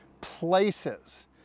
places